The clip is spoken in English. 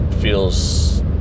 feels